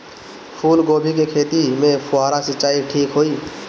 फूल गोभी के खेती में फुहारा सिंचाई ठीक होई?